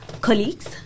colleagues